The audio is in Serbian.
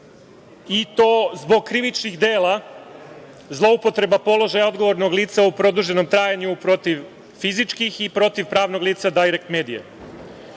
i to zbog krivičnih dela zloupotreba položaja odgovornog lica u produženom trajanju protiv fizičkih i protiv pravnog lica „Dajrekt